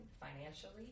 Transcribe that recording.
financially